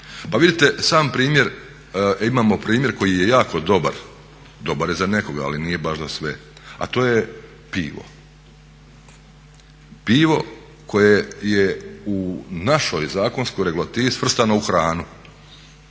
Pa vidite imamo primjer koji je jako dobar. Dobar je za nekoga ali nije baš za sve, a to je pivo. Pivo koje je u našoj zakonskoj regulativi svrstano u hranu